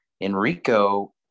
Enrico